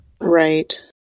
Right